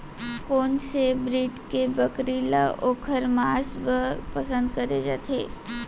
कोन से ब्रीड के बकरी ला ओखर माँस बर पसंद करे जाथे?